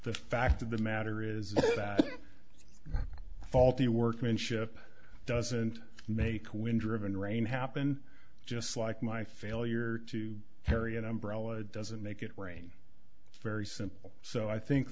the fact of the matter is that faulty workmanship doesn't make wind driven rain happen just like my failure to carry an umbrella doesn't make it rain very simple so i think